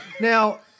Now